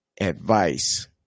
advice